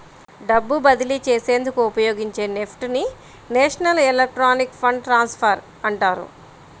డబ్బు బదిలీ చేసేందుకు ఉపయోగించే నెఫ్ట్ ని నేషనల్ ఎలక్ట్రానిక్ ఫండ్ ట్రాన్స్ఫర్ అంటారు